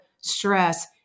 stress